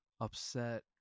upset